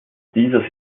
dieser